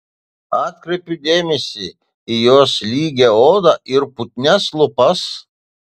atkreipiu dėmesį į jos lygią odą ir putnias lūpas